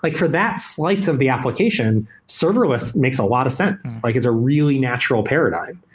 like for that slice of the application, serverless makes a lot of sense. like it's a really natural paradigm,